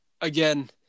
again